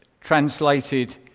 translated